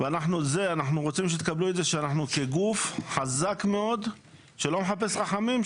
אנחנו רוצים שתקבלו את זה שאנחנו גוף חזק מאוד שלא מחפש רחמים,